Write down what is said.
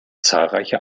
zahlreiche